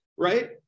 right